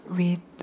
read